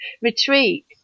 retreat